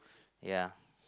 ya